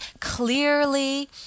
clearly